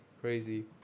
Crazy